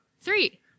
three